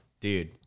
dude